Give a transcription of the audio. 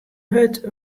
hurd